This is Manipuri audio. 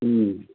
ꯎꯝ